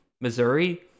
Missouri